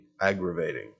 aggravating